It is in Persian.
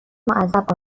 معذب